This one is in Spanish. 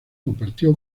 compartió